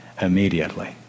immediately